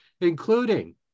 including